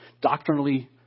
doctrinally